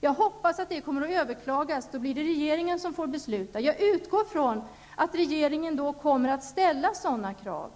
Jag hoppas att dessa tillstånd kommer att överklagas. Då får regeringen besluta. Jag utgår ifrån att regeringen då kommer att ställa sådana krav.